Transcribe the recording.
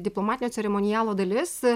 diplomatinio ceremonialo dalis